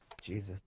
Jesus